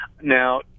Now